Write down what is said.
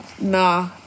Nah